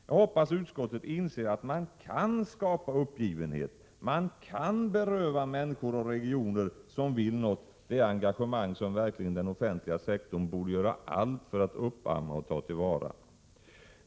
Jag hoppas att utskottet inser att man kan skapa uppgivenhet, man kan beröva människor och regioner som vill något det engagemang som den offentliga sektorn verkligen borde göra allt för att uppamma och ta till vara.